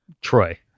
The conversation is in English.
Troy